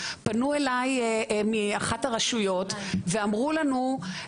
פנו אליי אחת הרשויות ואמרו לנו,